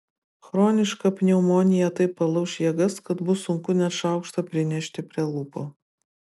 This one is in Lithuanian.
chroniška pneumonija taip palauš jėgas kad bus sunku net šaukštą prinešti prie lūpų